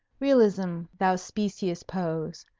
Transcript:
realism, thou specious pose!